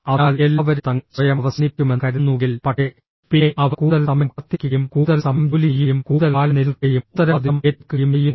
അതിനാൽ എല്ലാവരും തങ്ങൾ സ്വയം അവസാനിപ്പിക്കുമെന്ന് കരുതുന്നുവെങ്കിൽ പക്ഷേ പിന്നെ അവർ കൂടുതൽ സമയം കാത്തിരിക്കുകയും കൂടുതൽ സമയം ജോലി ചെയ്യുകയും കൂടുതൽ കാലം നിലനിൽക്കുകയും ഉത്തരവാദിത്തം ഏറ്റെടുക്കുകയും ചെയ്യുന്നു